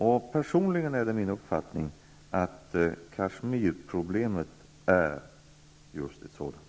Det är min personliga uppfattning att Kashmirproblemet är just en sådan konflikt.